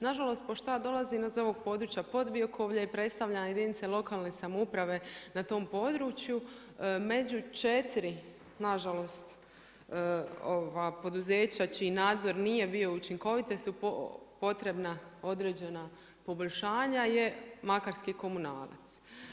Na žalost pošto ja dolazim iz ovog područja podbiokovlje i predstavljam jedinice lokalne samouprave na tom području među 4 na žalost poduzeća čiji nadzor nije bio učinkovit su potrebna određena poboljšanja je makarski Komunalac.